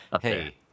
hey